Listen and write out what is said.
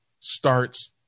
starts